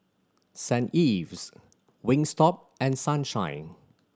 Saint Ives Wingstop and Sunshine